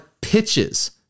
pitches